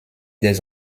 des